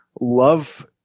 Love